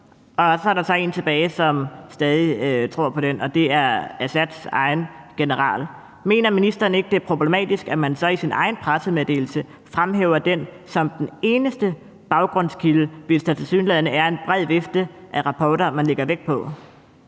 og så er der så én tilbage, som stadig tror på den, og det er Assads egen general. Mener ministeren ikke, at det er problematisk, at man så i sin egen pressemeddelelse fremhæver den som den eneste baggrundskilde, hvis der tilsyneladende er en bred vifte af rapporter, man lægger vægt på?